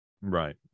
right